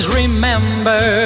remember